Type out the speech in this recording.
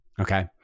okay